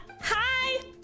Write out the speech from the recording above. Hi